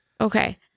Okay